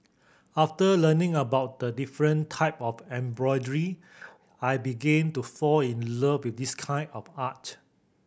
after learning about the different type of embroidery I began to fall in love with this kind of art